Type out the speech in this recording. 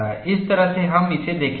इस तरह से हम इसे देखेंगे